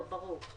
לא, ברור.